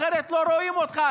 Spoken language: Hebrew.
אחרת לא רואים אותך,